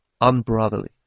unbrotherly